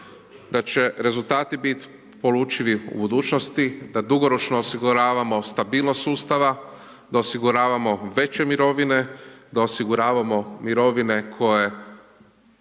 da će rezultati biti polučili u budućnosti, da dugoročno osiguravamo stabilnost sustava, da osiguravamo veće mirovine, da osiguravamo mirovine koje